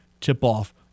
tip-off